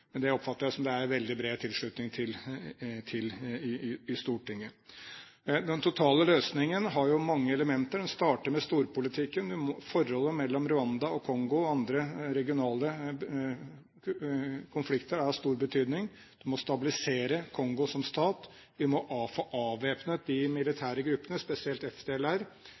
Men det oppfatter jeg at det er veldig bred tilslutning til i Stortinget. Den totale løsningen har mange elementer. Den starter med storpolitikken. Forholdet mellom Rwanda, Kongo og andre regionale konflikter er av stor betydning. Man må stabilisere Kongo som stat. Vi må få avvæpnet de militære gruppene, spesielt